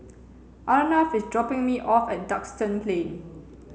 Arnav is dropping me off at Duxton Plain